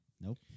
Nope